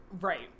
Right